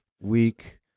week